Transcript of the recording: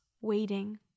waiting